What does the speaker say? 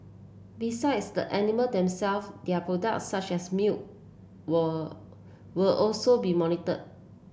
besides the animal themselves their product such as milk were will also be monitored